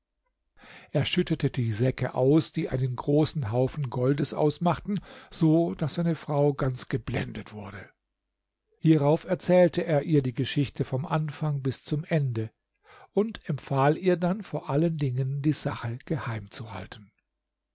er schüttete die säcke aus die einen großen haufen goldes ausmachten so daß seine frau ganz geblendet wurde hierauf erzählte er ihr die geschichte vom anfang bis zum ende und empfahl ihr dann vor allen dingen die sache geheim zu halten